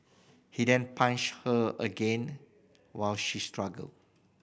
he then punched her again while she struggled